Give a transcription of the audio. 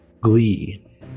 glee